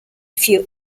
few